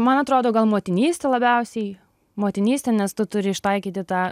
man atrodo gal motinystė labiausiai motinystė nes tu turi ištaikyti tą